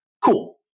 Cool